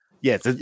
Yes